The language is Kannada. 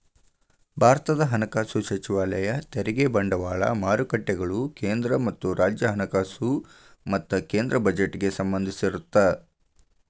ಭಾರತದ ಹಣಕಾಸು ಸಚಿವಾಲಯ ತೆರಿಗೆ ಬಂಡವಾಳ ಮಾರುಕಟ್ಟೆಗಳು ಕೇಂದ್ರ ಮತ್ತ ರಾಜ್ಯ ಹಣಕಾಸು ಮತ್ತ ಕೇಂದ್ರ ಬಜೆಟ್ಗೆ ಸಂಬಂಧಿಸಿರತ್ತ